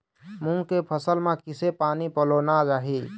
मूंग के फसल म किसे पानी पलोना चाही?